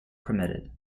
permitted